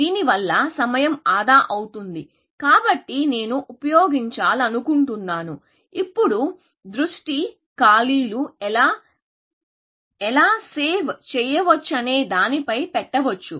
దీనివల్ల సమయం ఆదా అవుతుంది కాబట్టి నేను ఉపయోగించాలనుకుంటున్నాను ఇప్పుడుదృష్టి ఖాళీలు ఎలా సేవ్ చేయవచ్చనే దానిపై పెట్టవచ్చు